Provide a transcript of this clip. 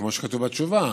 כמו שכתוב בתשובה,